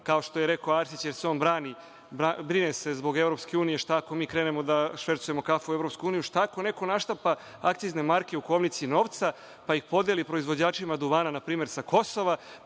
Kao što je rekao Arsić, jer se on brine zbog EU, šta ako mi krenemo da švercujemo kafu u EU, šta ako neko naštampa akcizne marke u kovnici novca, pa ih podeli proizvođačima duvana, npr. sa Kosova,